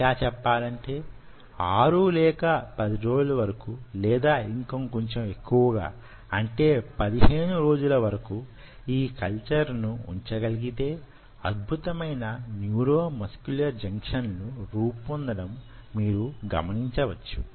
ఇంకా చెప్పాలంటే 6 లేక 10 రోజుల వరకు లేదా యింకా కొంచెం యెక్కువగా అంటే 15 రోజుల వరకు యీ కల్చర్ ను వుంచగలిగితే అద్భుతమైన న్యూరోమస్క్యులర్ జంక్షన్లు రూపొందడం మీరు గమనించవచ్చు